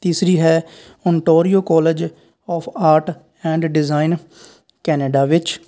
ਤੀਸਰੀ ਹੈ Ontario college of art and design Canada ਵਿੱਚ